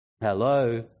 Hello